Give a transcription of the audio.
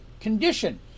condition